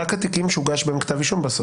שוב, אלה רק התיקים שהוגש בהם כתב אישום בסוף.